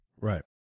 Right